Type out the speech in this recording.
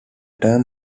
term